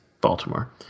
Baltimore